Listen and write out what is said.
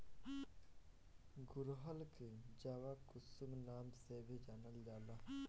गुड़हल के जवाकुसुम नाम से भी जानल जाला